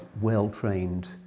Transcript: well-trained